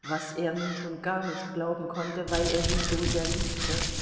was er nun schon gar nicht glauben konnte weil er sie so sehr liebte